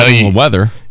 weather